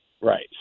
Right